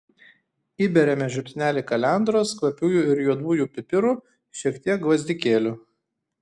įberiame žiupsnelį kalendros kvapiųjų ir juodųjų pipirų šiek tiek gvazdikėlių